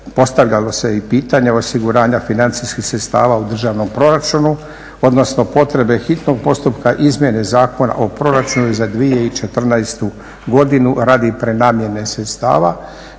postavljalo se i pitanje osiguranja financijskih sredstava u državnom proračunu, odnosno potrebe hitnog postupka izmjene Zakona o proračunu za 2014. godinu radi prenamjene sredstava,